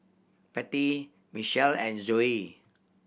Patty Mitchel and Zoey